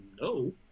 No